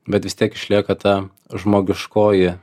bet vis tiek išlieka ta žmogiškoji